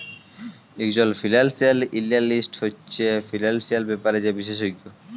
ইকজল financial analyst হছে financial ব্যাপারে যে বিশেষজ্ঞ